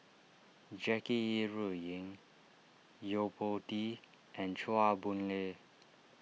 Jackie Yi Ru Ying Yo Po Tee and Chua Boon Lay